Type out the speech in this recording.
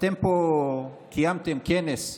אתם פה קיימתם כנס,